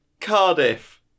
Cardiff